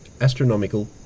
astronomical